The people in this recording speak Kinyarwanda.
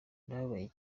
ndababaye